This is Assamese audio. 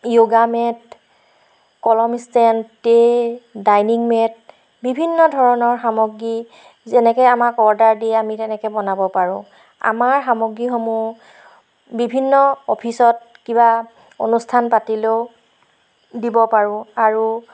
য়োগা মেট কলম ষ্টেণ্ড ট্ৰে' ডাইনিং মেট বিভিন্ন ধৰণৰ সামগ্ৰী যেনেকৈ আমাক অৰ্ডাৰ দিয়ে আমি তেনেকৈ বনাব পাৰোঁ আমাৰ সামগ্ৰীসমূহ বিভিন্ন অফিচত কিবা অনুষ্ঠান পাতিলেও দিব পাৰোঁ আৰু